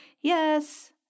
yes